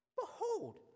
Behold